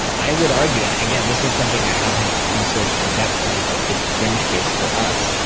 i would argue. and again, this is something i haven't researched in depth because it's it's a fringe case for us.